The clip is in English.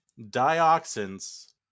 Dioxins